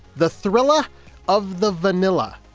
the thrilla of the vanilla,